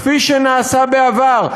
כפי שנעשה בעבר.